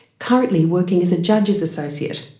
currently working as a judge's associate.